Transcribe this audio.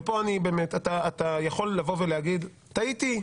ופה אתה יכול להגיד: טעיתי,